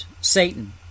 Satan